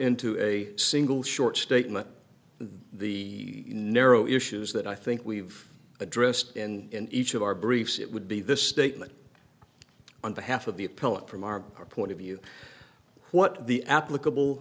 into a single short statement the narrow issues that i think we've addressed in each of our briefs it would be this statement on behalf of the appellant from our point of view what the applicable